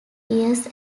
years